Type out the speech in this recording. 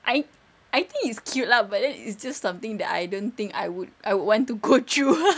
I I think it's cute lah but then it's just something that I don't think I would I would want to go through